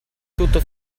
tutto